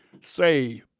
say